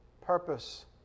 purpose